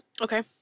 okay